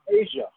Asia